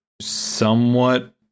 somewhat